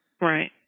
Right